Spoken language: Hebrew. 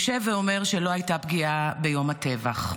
יושב ואומר שלא הייתה פגיעה ביום הטבח.